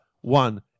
one